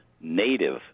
native